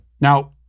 Now